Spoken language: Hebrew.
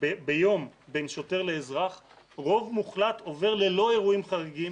ביום בין שוטר לאזרח רוב מוחלט עובר ללא אירועים חריגים